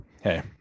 hey